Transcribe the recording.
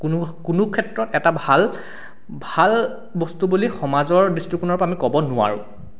কোনো কোনো ক্ষেত্ৰত এটা ভাল ভাল বস্তু বুলি সমাজৰ দৃষ্টিকোণৰ পৰা আমি ক'ব নোৱাৰোঁ